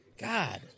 God